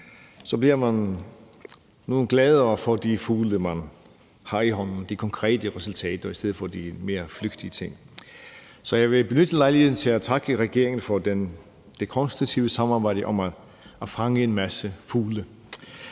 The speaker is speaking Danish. bliver man gladere for de fugle, man har i hånden, de konkrete resultater, end for de mere flygtige ting. Så jeg vil benytte lejligheden til at takke regeringen for det konstruktive samarbejde om at fange en masse fugle.